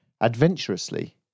adventurously